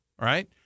right